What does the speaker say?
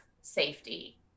safety